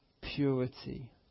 purity